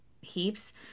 heaps